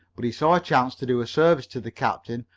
but he saw a chance to do a service to the captain,